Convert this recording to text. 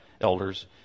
elders